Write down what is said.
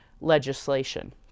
legislation